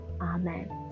Amen